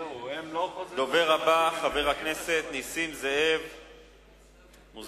תודה רבה, חבר הכנסת דניאל בן-סימון.